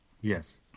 Yes